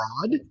Fraud